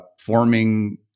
forming